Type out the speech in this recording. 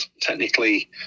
technically